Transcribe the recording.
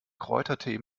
kräutertee